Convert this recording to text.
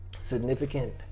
significant